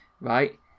right